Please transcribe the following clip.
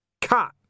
Cut